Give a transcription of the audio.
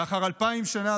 לאחר אלפיים שנה,